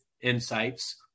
insights